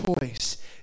choice